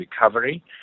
recovery